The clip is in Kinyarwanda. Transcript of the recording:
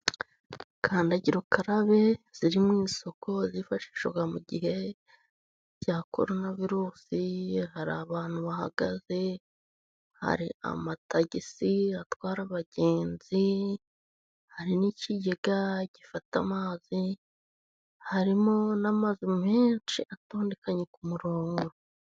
Kandagira ukarabe ziri mu isoko, zifashishwaga mu gihe cya korona virusi. Hari abantu bahagaze, hari amatagisi atwara abagenzi, hari n'ikigega gifata amazi, harimo n'amazu menshi atondekanye ku murongo.